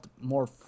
more